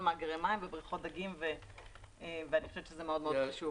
מאגרי מים ובריכות דגים ואני חושבת שזה חשוב מאוד.